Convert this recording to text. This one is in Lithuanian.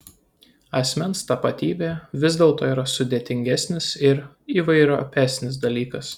asmens tapatybė vis dėlto yra sudėtingesnis ir įvairiopesnis dalykas